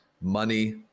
money